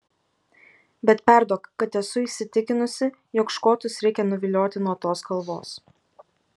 bet perduok kad esu įsitikinusi jog škotus reikia nuvilioti nuo tos kalvos